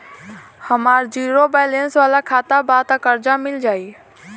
हमार zero balance वाला खाता बा त कर्जा मिल जायी?